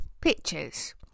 pictures